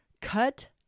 cut